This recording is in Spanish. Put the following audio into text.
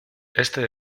este